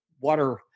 water